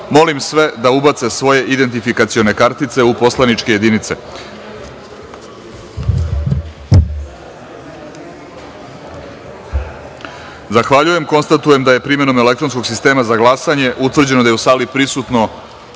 Molim sve da ubace svoje identifikacione kartice u poslaničke jedinice. Zahvaljujem. Konstatujem da je primenom elektronskog sistema za glasanje utvrđeno da su u sali prisutna